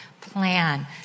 plan